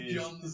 John